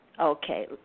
Okay